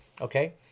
Okay